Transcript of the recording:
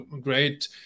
great